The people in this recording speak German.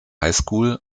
highschool